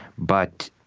but,